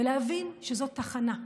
ולהבין שזו תחנה,